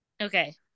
okay